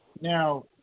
Now